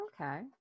Okay